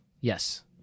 Yes